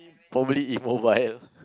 probably immobile